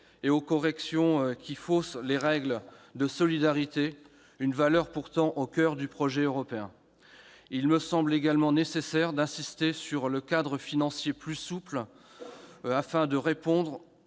et aux corrections, qui faussent les règles de solidarité, une valeur pourtant au coeur du projet européen. Il me semble également nécessaire d'instituer un cadre financier plus souple, afin de répondre,